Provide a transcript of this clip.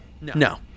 No